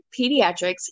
pediatrics